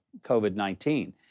COVID-19